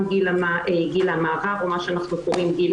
גם גיל המעבר או מה שאנחנו קוראים לו